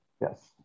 Yes